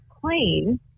clean